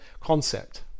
concept